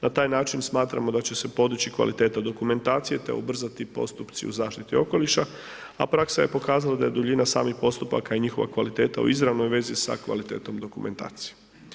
Na taj način smatramo da će se podići kvaliteta dokumentacije te ubrzati postupci u zaštiti okoliša a praksa je pokazala da je duljina samih postupaka i njihova kvaliteta u izravnoj vezi sa kvalitetom dokumentacije.